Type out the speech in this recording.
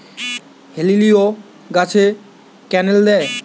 হেলিলিও গাছে ক্যানেল দেয়?